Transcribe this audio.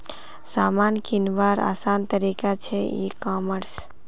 सामान किंवार आसान तरिका छे ई कॉमर्स